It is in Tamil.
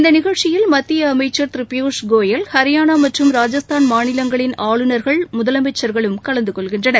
இந்த நிகழ்ச்சியில் மத்திய அமைச்சர் திரு பியூஷ் கோயல் மற்றும் ஹரியானா மற்றும் ராஜஸ்தான் மாநிலங்களின் ஆளுநர்கள் முதலமைச்சர்களும் கலந்து கொள்கின்றனர்